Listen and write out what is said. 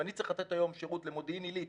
אם אני צריך לתת היום שירות למודיעין עילית